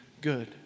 good